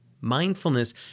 Mindfulness